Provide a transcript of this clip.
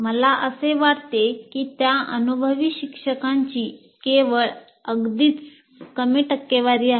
मला असे वाटते की त्या अनुभवी शिक्षकांची केवळ अगदीच कमी टक्केवारी आहे